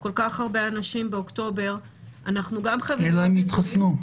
כל כך הרבה אנשים באוקטובר --- אלא אם הם יתחסנו.